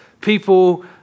people